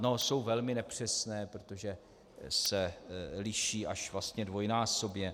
No, jsou velmi nepřesné, protože se liší až dvojnásobně.